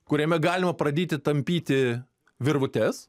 kuriame galima pradėti tampyti virvutes